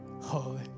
holy